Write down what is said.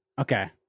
Okay